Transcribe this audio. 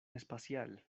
espacial